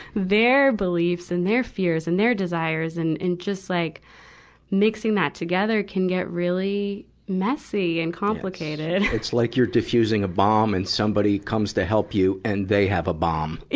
their beliefs and their fears and their desires and, and just like mixing that together can get really messy and complicated. it's like you're diffusing a bomb and somebody comes to help you, and they have a bomb.